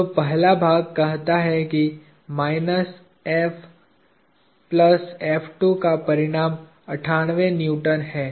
तो पहला भाग कहता है कि माइनस प्लस का परिमाण 98 न्यूटन है